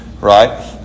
right